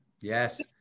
Yes